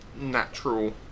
natural